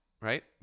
right